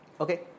Okay